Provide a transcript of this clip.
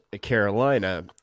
Carolina